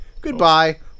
Goodbye